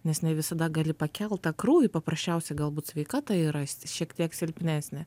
nes ne visada gali pakelt tą krūvį paprasčiausiai galbūt sveikata yra šiek tiek silpnesnė